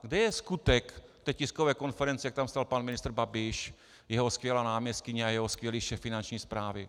Kde je skutek té tiskové konference, kde byl pan ministr Babiš, jeho skvělá náměstkyně a jeho skvělý šéf Finanční správy?